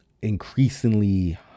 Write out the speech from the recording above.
increasingly